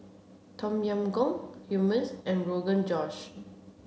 Tom Yam Goong Hummus and Rogan Josh